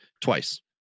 twice